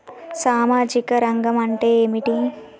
సామాజిక రంగం అంటే ఏమిటి?